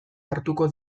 hartuko